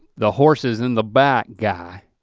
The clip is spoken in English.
the horses in the back guy.